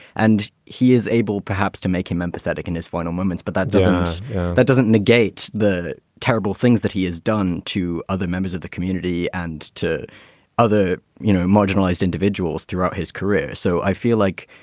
and he is able perhaps to make him empathetic in his final moments. but that doesn't that doesn't negate the terrible things that he has done to other members of the community and to other you know marginalized individuals throughout his career. so i feel like